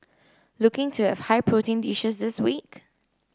looking to have high protein dishes this week